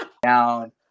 down